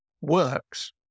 works